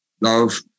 Love